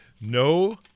no